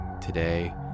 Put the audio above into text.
today